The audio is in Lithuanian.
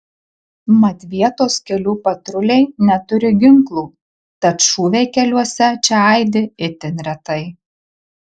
mat vietos kelių patruliai neturi ginklų tad šūviai keliuose čia aidi itin retai